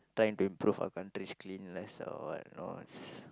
trying to improve our country's clean less or what